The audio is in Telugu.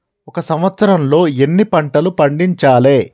ఒక సంవత్సరంలో ఎన్ని పంటలు పండించాలే?